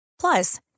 Plus